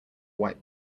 white